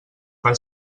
per